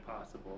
possible